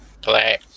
Play